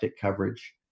coverage